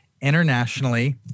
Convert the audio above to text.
internationally